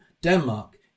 Denmark